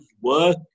work